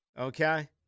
Okay